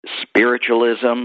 spiritualism